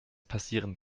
passieren